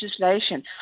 legislation